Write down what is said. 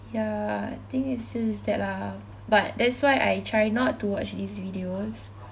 ya I think it's just that ah but that's why I try not to watch these videos